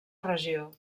regió